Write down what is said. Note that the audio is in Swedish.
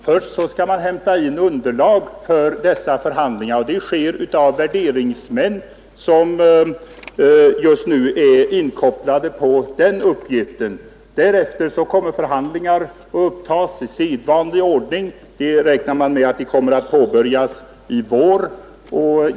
Först skall man hämta in underlag för dessa förhandlingar, och det görs av värderingsmän som just nu är inkopplade på den uppgiften. Därefter kommer förhandlingar att upptas i sedvanlig ordning. Man räknar med att dessa kommer att påbörjas i vår.